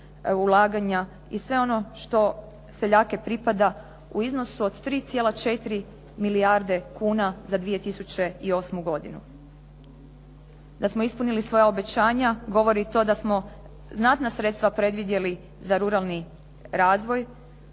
ulaganja i sve ono što seljaku pripada u iznosu od 3,4 milijarde kuna za 2008. godinu. Da smo ispunili svoja obećanja govori i to da smo znatna sredstva predvidjeli za ruralni razvoj